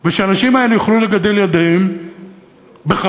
והאנשים האלה יוכלו לגדל ילדים בכבוד,